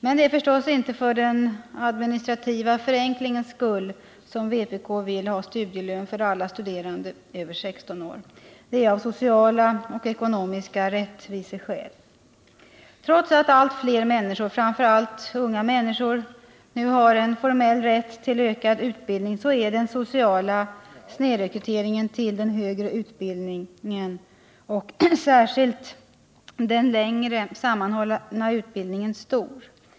Men det är förstås inte för den administrativa förenklingens skull som vpk vill ha studielön för alla studerande över 16 år. Det är av sociala och ekonomiska rättviseskäl. Trots att allt fler människor, framför allt unga människor, nu har formell rätt till ökad utbildning är den sociala snedrekryteringen till den högre utbildningen och särskilt den längre, sammanhållna utbildningen stor.